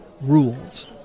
rules